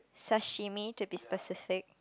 sashimi to be specific